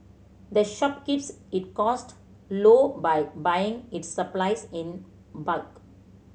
the shop keeps it costs low by buying its supplies in bulk